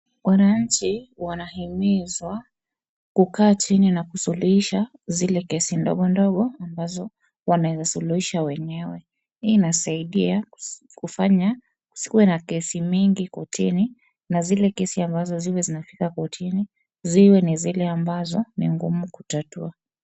Wananchi wanahimizwa kukaa chini na kusulisha zile kesi ndogo ndogo ambazo wanaweza sulisha wenyewe. Hii inasaidia kufanya kusikuwe na kesi mingi kotini na zile kesi ambazo ziwe zinafika kotini ziwe ni zile ambazo ni ngumu kutatua.